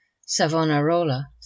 Savonarola